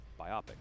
Biopic